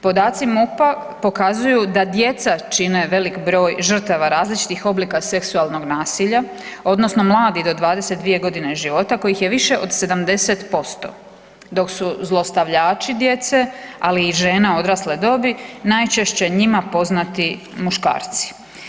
Podaci MUP-a pokazuju da djeca čine velik broj žrtava različitih oblika seksualnog nasilja odnosno mladi do 22.g. života kojih je više od 70% dok su zlostavljači djece ali i žena odrasle dobi, najčešće njima poznati muškarci.